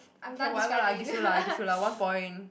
okay whatever lah I give you lah I give you lah one point